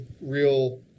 real